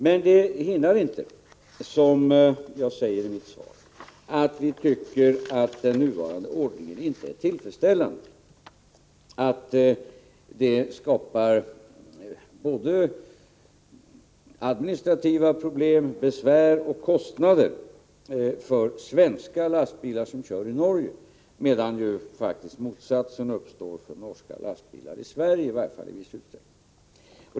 Men detta hindrar inte, som jag säger i mitt svar, att vi tycker att den nuvarande ordningen inte är tillfredsställande. Den skapar både administrativa problem, besvär och kostnader för svenska lastbilsförare som kör i Norge, medan ju faktiskt motsatsen uppstår, i varje fall i viss utsträckning, för norska lastbilsförare i Sverige.